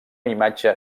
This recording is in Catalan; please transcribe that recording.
imatge